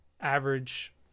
average